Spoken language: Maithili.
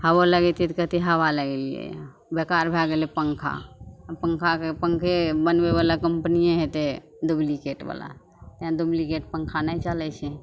हवो लगेतिए तऽ कहतिए हवा लगेलिए बेकार भै गेलै पन्खा आओर पन्खाके पन्खे बनबैवला कम्पनिए हेतै डुप्लिकेटवला तेँ डुप्लिकेट पन्खा नहि चलै छै